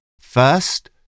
First